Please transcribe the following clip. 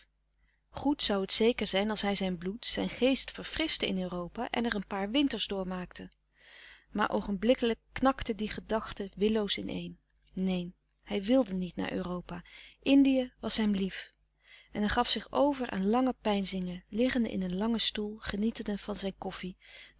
goed zoû het zeker zijn als hij zijn bloed zijn geest verfrischte in europa en er een paar winters doormaakte maar oogenblikkelijk knakte die gedachte willoos in een neen hij wilde niet naar europa indië was hem lief en hij gaf zich over aan lange peinzingen liggende in een louis couperus de stille kracht langen stoel genietende van zijn koffie